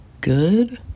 good